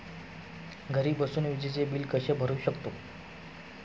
घरी बसून विजेचे बिल कसे भरू शकतो?